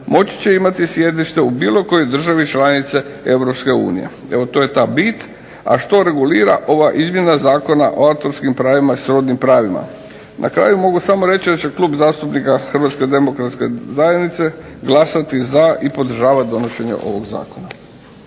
moći će imati sjedište u bilo kojoj državi članice EU. Evo, to je ta bit, a što regulira ova izmjena Zakona o autorskim pravima i srodnim pravima. Na kraju mogu samo reći da će Klub zastupnika HDZ-a glasati za i podržavati donošenje ovog zakona.